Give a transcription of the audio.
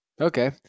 Okay